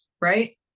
right